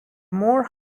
more